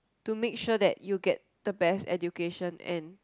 to make sure that you get the best education and